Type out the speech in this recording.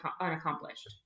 unaccomplished